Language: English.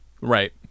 right